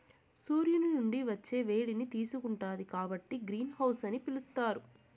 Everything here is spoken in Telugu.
సూర్యుని నుండి వచ్చే వేడిని తీసుకుంటాది కాబట్టి గ్రీన్ హౌస్ అని పిలుత్తారు